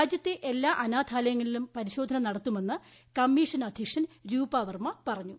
രാജ്യത്തെ എല്ലാ അനാഥാലയങ്ങളിലും പരിശോധന നടത്തുമെന്ന് കമ്മീഷൻ അധ്യക്ഷൻ രൂപ വർമ്മ പറഞ്ഞു